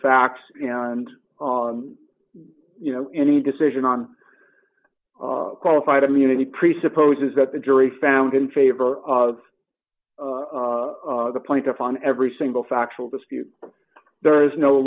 facts and you know any decision on qualified immunity presupposes that the jury found in favor of the plaintiff on every single factual dispute there is no